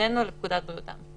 הפנינו לפקודת בריאות האם.